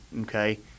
okay